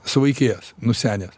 suvaikėjęs nusenęs